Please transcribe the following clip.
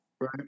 Right